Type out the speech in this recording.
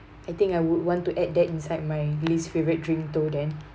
I think I would want to add that inside my least favorite drink to them